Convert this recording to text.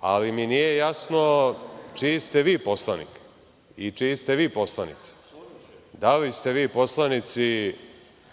ali mi nije jasno čiji ste vi poslanik i čiji ste vi poslanici. Da li ste vi poslanici